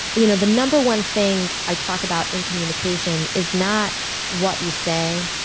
you know the number one thing i talk about in communication is not what you say,